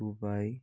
Dubai